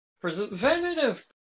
Preventative